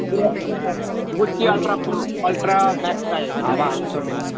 Gucci ultra pro ultra max चाहिएको हावा छोड्ने खाले